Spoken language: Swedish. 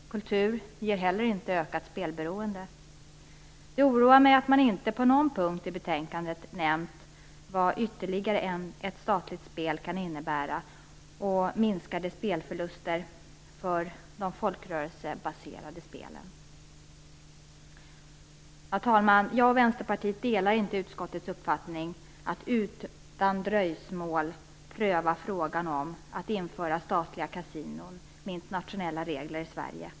Kultur ger heller inte ökat spelberoende. Det oroar mig att man inte på någon punkt i betänkandet nämnt vad ytterligare ett statligt spel kan innebära i minskade spelintäkter för de folkrörelsebaserade spelen. Fru talman! Jag och Vänsterpartiet delar inte utskottets uppfattning att man utan dröjsmål skall pröva frågan om att införa statliga kasinon med internationella regler i Sverige.